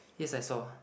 yes I saw